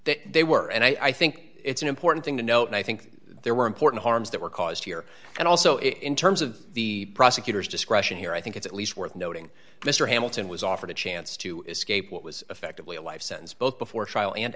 that they were and i think it's an important thing to know and i think there were important harms that were caused here and also in terms of the prosecutor's discretion here i think it's at least worth noting mr hamilton was offered a chance to escape what was effectively a life sentence both before trial and